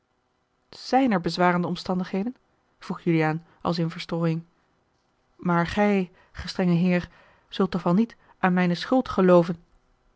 zijn er bezwarende omstandigheden vroeg juliaan als in verstrooiing maar gij gestrenge heer zult toch wel niet aan mijne schuld gelooven